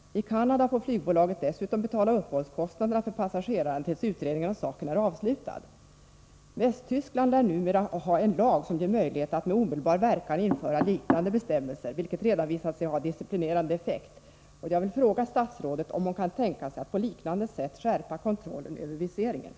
I Canada får flygbolaget dessutom betala uppehållskostnaderna för passageraren tills utredningen av saken är avslutad. Västtyskland lär numera ha en lag som ger möjlighet att med omedelbar verkan införa liknande bestämmelser, vilket redan visat sig ha en disciplinerande effekt.